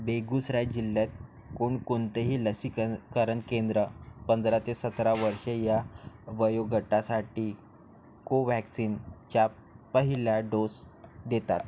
बेगुसराय जिल्ह्यात कोणकोणतेही लसीकर करण केंद्रं पंधरा ते सतरा वर्षे या वयोगटासाटी कोव्हॅक्सिनच्या पहिला डोस देतात